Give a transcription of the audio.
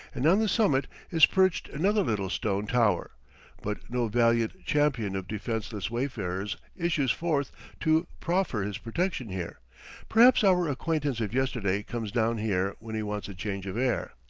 and on the summit is perched another little stone tower but no valiant champion of defenceless wayfarers issues forth to proffer his protection here perhaps our acquaintance of yesterday comes down here when he wants a change of air.